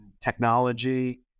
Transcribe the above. technology